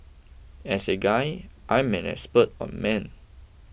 as a guy I'm an expert on men